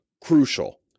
crucial